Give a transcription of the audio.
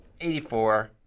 84